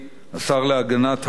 השר להגנת העורף,